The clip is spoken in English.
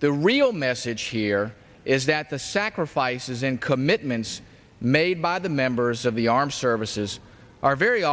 the real message here is that the sacrifices in commitments made by the members of the armed services are very